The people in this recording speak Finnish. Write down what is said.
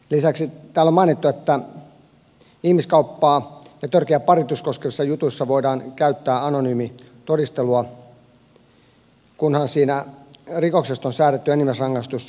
lisäksi täällä on mainittu että ihmiskauppaa ja törkeää paritusta koskevissa jutuissa voidaan käyttää anonyymiä todistelua kunhan rikoksesta säädetty enimmäisrangaistus on kuusi vuotta